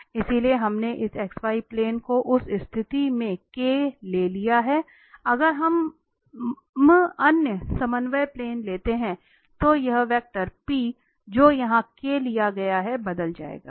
इसलिए हमने इस xy प्लेन को उस स्थिति में ले लिया है अगर हम अन्य समन्वय प्लेन लेते हैं तो यह वेक्टर जो यहां लिया गया है बदल जाएगा